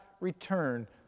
return